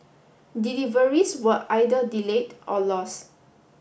deliveries were either delayed or lost